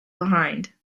behind